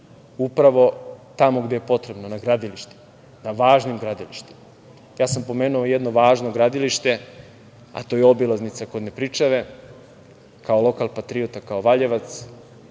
upravo tamo gde je potrebno, na gradilištima, na važnim gradilištima. Ja sam pomenuo jedno važno gradilište, a to je obilaznica kod Nepričave, kao lokal patriota, kao Valjevac,